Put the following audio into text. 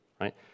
right